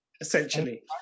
essentially